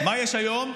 מה יש היום?